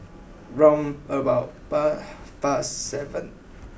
round about par fast seven